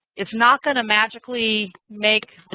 it's not going to magically make